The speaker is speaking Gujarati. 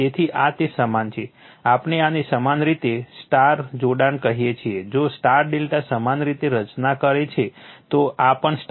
તેથી આ તે સમાન છે આપણે આને સમાન રીતે Y જોડાણ કહીએ છીએ કે જો Y ∆ સમાન રીતે રચના કરે છે તો આ પણ Y છે